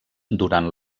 durant